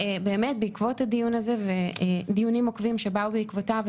בעקבות הדיון הזה ודיונים עוקבים שבאו בעקבותיו,